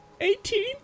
Eighteen